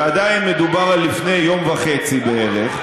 ועדיין מדובר על לפני יום וחצי בערך.